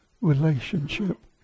relationship